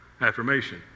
affirmation